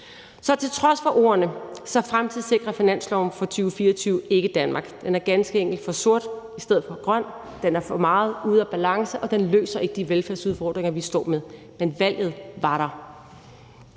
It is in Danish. Så på trods af ordene fremtidssikrer finansloven for 2024 ikke Danmark. Den er ganske enkelt for sort i stedet for grøn. Den er for meget ude af balance, og den løser ikke de velfærdsudfordringer, vi står med. Men valget var der.